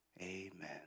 amen